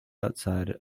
outside